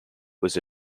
was